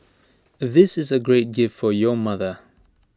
this is A great gift for your mother